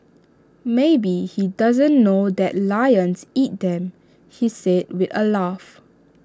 maybe he doesn't know that lions eat them he said with A laugh